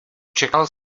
čekal